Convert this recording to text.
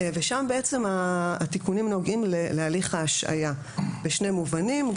שם התיקונים נוגעים להליך ההשעיה, בשני מובנים: